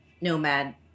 Nomad